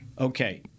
Okay